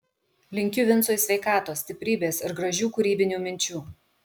linkiu vincui sveikatos stiprybės ir gražių kūrybinių minčių